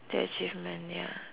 their achievement ya